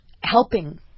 Helping